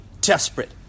desperate